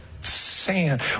sand